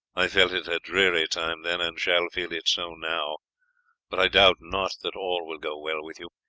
i felt it a dreary time then, and shall feel it so now but i doubt not that all will go well with you,